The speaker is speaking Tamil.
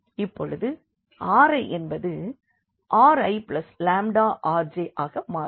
இப்பொழுது Ri என்பது RiλRj ஆக மாறும்